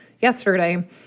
yesterday